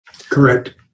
Correct